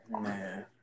Man